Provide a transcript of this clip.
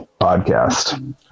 podcast